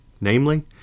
namely